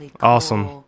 awesome